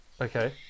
okay